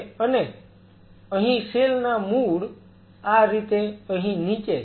અને અહીં સેલ ના મૂળ આ રીતે અહી નીચે છે